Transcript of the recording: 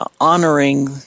honoring